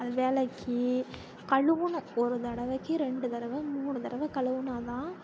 அதை விளக்கி கழுவணும் ஒரு தடவைக்கு ரெண்டு தடவை மூணு தடவை கழுவினாதான்